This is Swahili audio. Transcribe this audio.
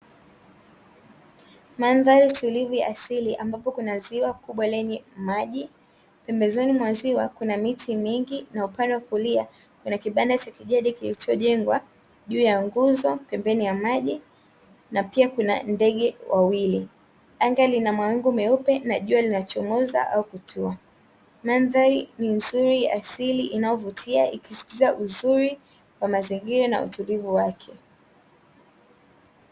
Mandhari tulivu ya asili ambapo kuna ziwa kubwa lenye maji, pembezoni mwa ziwa kuna miti mingi na upande wa kulia kuna cha kijadi kilichojengwa juu ya nguzo pembeni ya maji na pia kuna ndege wawili. Anga lina mawingu meupe na jua linachomoza au kutua, mandhari ni nzuri ya asili inaovutia ikisistiza uzuri wa mazingira na utulivu wake.